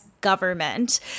government